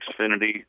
Xfinity